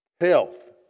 Health